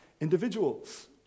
individuals